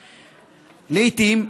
לעיתים,